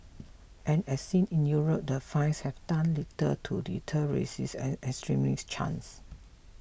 and as seen in Europe the fines have done little to deter racist and extremist chants